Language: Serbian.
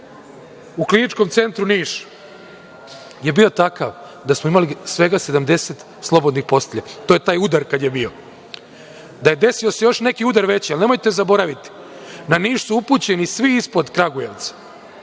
u Kliničkom centru Niš je bio takav da smo imali svega 70 slobodnih postelja. To je taj udar kad je bio. Da se desio još neki veći udar, ali nemojte zaboraviti, na Niš su upućeni svi ispod Kragujevca,